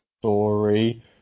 story